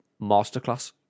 masterclass